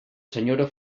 senyora